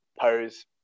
pose